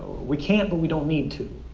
we can't, but we don't need to.